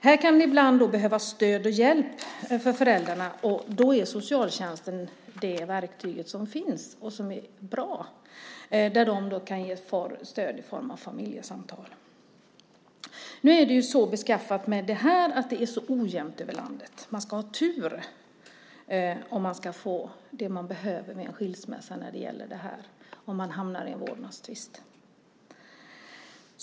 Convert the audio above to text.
Ibland kan föräldrarna behöva stöd och hjälp. Socialtjänsten är då det verktyg som finns och som är bra. De kan ge stöd i form av familjesamtal. Nu är det dock så beskaffat att det är mycket ojämnt i landet. Man ska ha tur för att få det man behöver om man vid en skilsmässa hamnar i en vårdnadstvist.